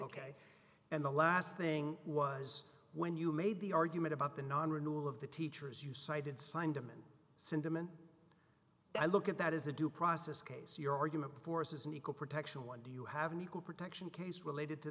ok and the last thing was when you made the argument about the non renewal of the teachers you cited signed them and sentiment i look at that as a due process case your argument forces an equal protection one do you have an equal protection case related to